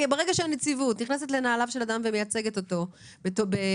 ברגע שהנציבות נכנסת לנעליו של אדם ומייצגת אותו בתביעה,